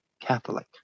Catholic